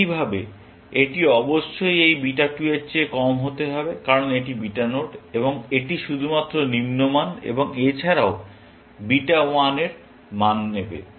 একইভাবে এটি অবশ্যই এই বিটা 2 এর থেকে কম হতে হবে কারণ এটি বিটা নোড এবং এটি শুধুমাত্র নিম্ন মান এবং এছাড়াও বিটা 1 এর মান নেবে